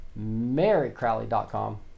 marycrowley.com